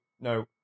no